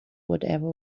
whatever